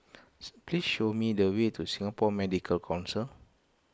please show me the way to Singapore Medical Council